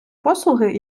послуги